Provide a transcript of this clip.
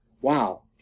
wow